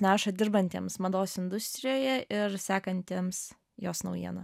neša dirbantiems mados industrijoje ir sekantiems jos naujieną